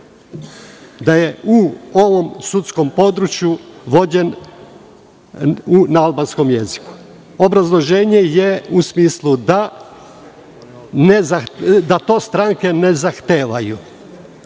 da je u ovom sudskom području vođen na albanskom jeziku. Obrazloženje je da to stranke ne zahtevaju. Gledam